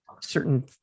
certain